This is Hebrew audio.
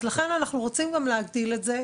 אז לכן אנחנו רוצים גם להגדיל את זה,